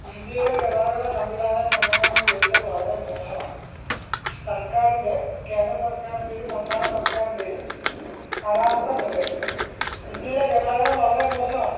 ഇന്ത്യയിലെ ഗതാഗതസംവിധാനം എങ്ങനെയാണെന്ന് ചോദിച്ചാൽ വളരെ മോശമാണ് സർക്കാരിൻ്റെ കേന്ദ്ര സർക്കാറിൻ്റെയും സംസ്ഥാന സർക്കാറിൻ്റെയും അനാസ്ഥമൂലം ഇന്ത്യയിലെ ഗതാഗതം വളരെ മോശമാണ്